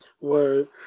Word